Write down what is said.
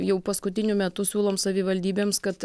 jau paskutiniu metu siūlom savivaldybėms kad